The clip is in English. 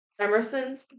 Emerson